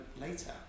later